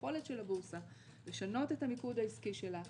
היכולת של הבורסה לשנות את המיקוד העסקי שלה,